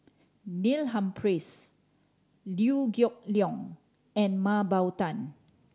Neil Humphreys Liew Geok Leong and Mah Bow Tan